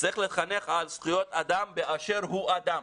וצריך לחנך על זכויות אדם באשר הוא אדם